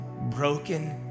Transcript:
broken